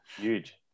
Huge